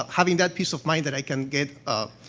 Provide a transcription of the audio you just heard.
um having that peace of mind that i can get, ah,